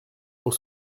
pour